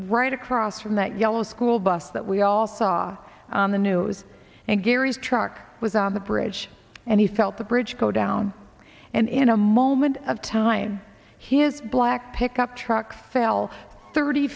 right across from that yellow school bus that we all saw on the news and gary's truck was on the bridge and he felt the bridge go down and in a moment of time his black pickup truck fell thirty